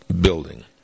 building